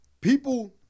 People